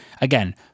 again